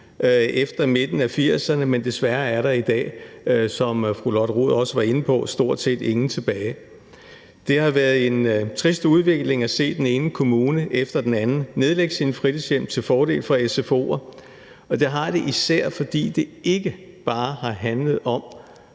efter midten af 80'erne, men desværre er der i dag, som fru Lotte Rod også var inde på, stort set ingen tilbage. Det har været en trist udvikling at se den ene kommune efter den anden nedlægge sine fritidshjem til fordel for sfo'er, og det har det, især fordi det ikke bare har handlet om